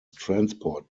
transport